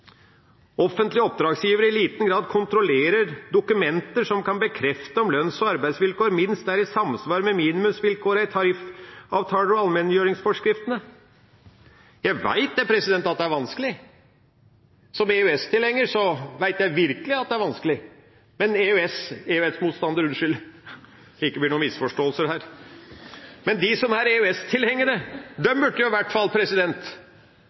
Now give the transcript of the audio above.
offentlige oppdragsgivere i liten grad kontrollerer dokumenter som kan bekrefte om lønns- og arbeidsvilkår minst er i samsvar med minimumsvilkår i tariffavtaler og allmenngjøringsforskriftene. Jeg vet at det er vanskelig. Som EØS-tilhenger vet jeg virkelig at det er vanskelig – unnskyld: EØS-motstander, så det ikke blir noe misforståelse her . Men de som er EØS-tilhengere, burde i hvert fall